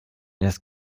erst